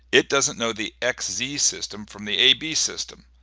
it doesnt know the x z-system from the a b-system.